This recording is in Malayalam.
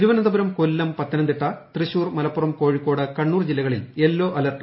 തിരുവനന്തപുരം കൊല്ലം ഷ്യത്തനംതിട്ട തൃശൂർ മലപ്പുറം കോഴിക്കോട് കണ്ണൂർ ജില്ലകളിൽ ്യെല്ലാ അലർട്ട്